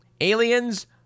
aliens